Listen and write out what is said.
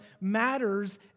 matters